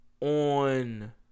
On